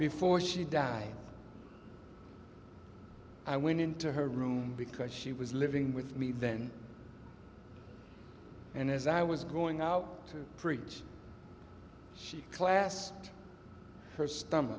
before she died i went into her room because she was living with me then and as i was going out to preach she clasped her stomach